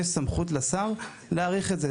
יש סמכות לשר להאריך את זה.